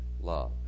love